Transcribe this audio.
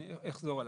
אני אחזור עליו.